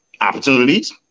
opportunities